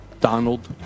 Donald